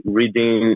reading